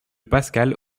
pascal